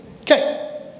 Okay